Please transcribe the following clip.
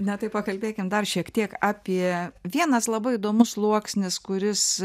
ne tai pakalbėkim dar šiek tiek apie vienas labai įdomus sluoksnis kuris